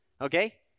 Okay